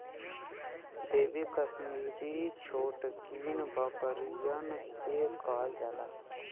baby Kashmiri छोटकिन बकरियन के कहल जाला